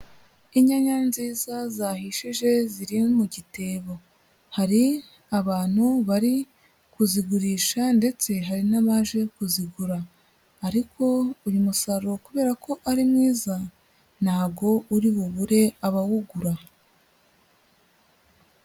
Inyanya nziza, zahishije ziri mu gitebo. Hari abantu bari kuzigurisha ndetse hari n'abaje kuzigura ariko uyu musaruro kubera ko ari mwiza ntago uri bubure abawugura.